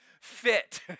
fit